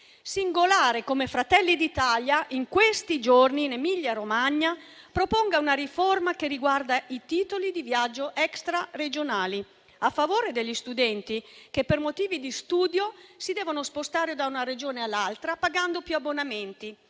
singolare come Fratelli d'Italia in questi giorni, in Emilia-Romagna, proponga una riforma che riguarda i titoli di viaggio extraregionali a favore degli studenti che, per motivi di studio, si devono spostare da una Regione all'altra, pagando più abbonamenti,